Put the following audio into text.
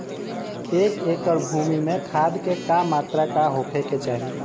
एक एकड़ भूमि में खाद के का मात्रा का होखे के चाही?